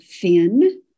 thin